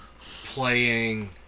Playing